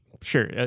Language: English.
sure